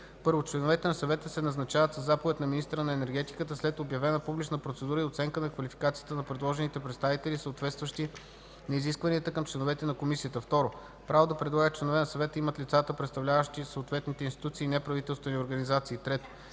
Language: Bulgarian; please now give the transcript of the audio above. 1. Членовете на съвета се назначават със заповед на министъра на енергетиката, след обявена публична процедура и оценка на квалификацията на предложените представители, съответстващи на изискванията към членовете на комисията. 2. Право да предлагат членове на съвета имат лицата, представляващи съответните институции и неправителствени организации. 3.